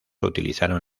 utilizaron